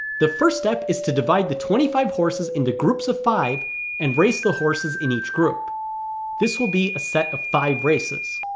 the first step is to divide the twenty five horses into groups of five and race the horses in each group this will be a set of five races